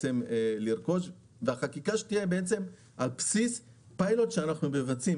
החקיקה תהיה על-פי פיילוט שאנחנו מבצעים